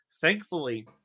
Thankfully